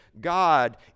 God